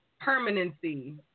permanency